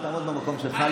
אתה תעמוד במקום שלך.